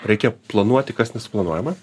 reikia planuoti kas planuojama